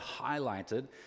highlighted